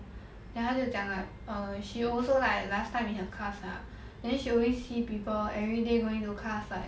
then 他就讲 like err she also like last time in her class lah then she always see people everyday going to class like